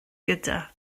gyda